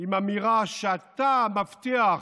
עם האמירה שאתה מבטיח